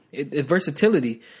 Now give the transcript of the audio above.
versatility